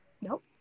Nope